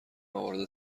موارد